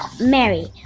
Mary